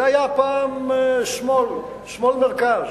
זה היה פעם שמאל, שמאל-מרכז.